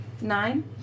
Nine